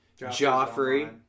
Joffrey